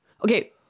okay